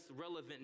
relevant